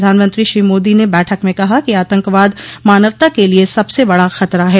प्रधानमंत्री श्री मोदी ने बैठक में कहा कि आतंकवाद मानवता के लिए सबसे बड़ा खतरा है